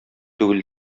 түгел